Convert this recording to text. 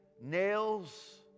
nails